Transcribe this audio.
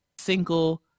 single